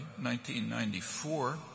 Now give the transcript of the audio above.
1994